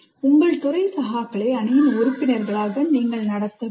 உங்கள் துறை சகாக்களை அணியின் உறுப்பினர்களாக நீங்கள் நடத்த வேண்டும்